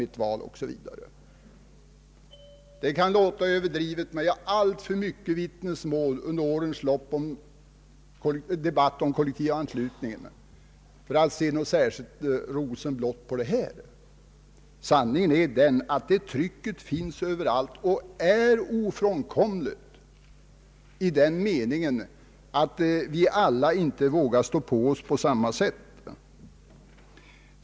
Det kan låta överdrivet men vi har under årens lopp hört alltför många vittnesmål i debatten om kollektivanslutning för att se särskilt rosenrätt på detta. Sanningen är att sådant tryck finns överallt och är ofrånkomligt i den meningen att alla människor inte vågar stå på sig på samma sätt.